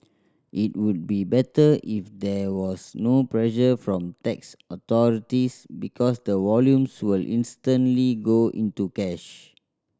it would be better if there was no pressure from tax authorities because the volumes will instantly go into cash